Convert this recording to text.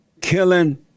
killing